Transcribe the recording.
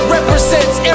Represents